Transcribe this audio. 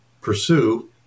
pursue